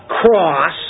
cross